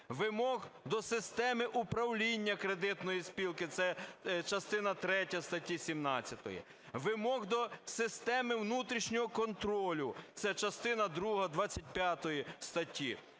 Вимог до системи управління кредитної спілки (це частина третя статті 17). Вимог до системи внутрішнього контролю (це частина друга 25